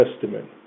Testament